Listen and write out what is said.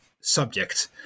subject